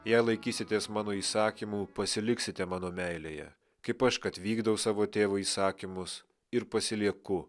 jei laikysitės mano įsakymų pasiliksite mano meilėje kaip aš kad vykdau savo tėvo įsakymus ir pasilieku